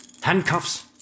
handcuffs